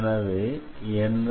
எனவே n